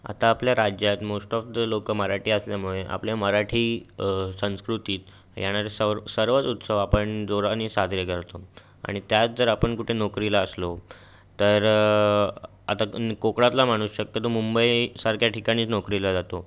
आता आपल्या राज्यात मोष्ट ऑफ द लोकं मराठी असल्यामुळे आपल्या मराठी संस्कृतीत येणारे सरव सर्वच उत्सव आपण जोरानी साजरे करतो आणि त्यात जर आपण कुठे नोकरीला असलो तर आता आणि कोकणातला माणूस शक्यतो मुंबईसारख्या ठिकाणी नोकरीला जातो